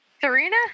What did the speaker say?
Serena